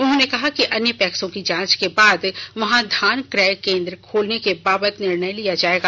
उन्होंने कहा कि अन्य पैक्सों की जांच के बाद वहां धान क्रय केंद्र खोलने के बाबत निर्णय लिया जाएगा